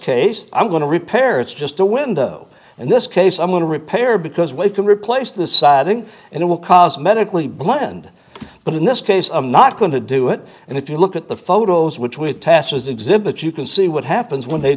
case i'm going to repair it's just a window in this case i'm going to repair because we can replace the siding and it will cause medically blend but in this case i'm not going to do it and if you look at the photos which we test as exhibit you can see what happens when they